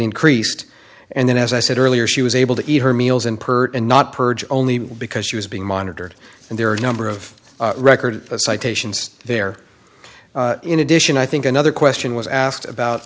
increased and then as i said earlier she was able to eat her meals and pert and not purge only because she was being monitored and there are a number of record citations there in addition i think another question was asked about